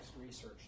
research